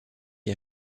est